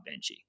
Benji